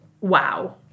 wow